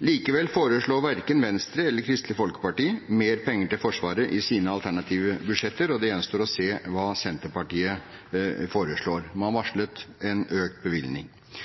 Likevel foreslår verken Venstre eller Kristelig Folkeparti mer penger til Forsvaret i sine alternative budsjetter, og det gjenstår å se hva Senterpartiet foreslår. Man har varslet en økt bevilgning.